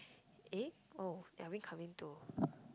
eh oh are we coming to